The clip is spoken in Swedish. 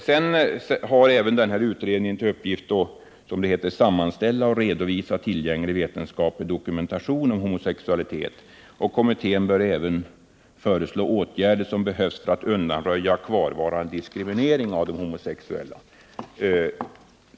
Sedan har utredningen även till uppgift att sammanställa och redovisa tillgänglig vetenskaplig dokumentation om homosexualitet, och kommittén bör även föreslå åtgärder som behövs för att undanröja kvarvarande diskriminering av de homosexuella.